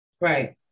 Right